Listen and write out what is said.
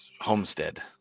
homestead